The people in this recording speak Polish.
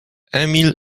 emil